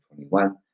2021